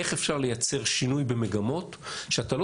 איך אפשר לייצר שינוי במגמות כשאתה לא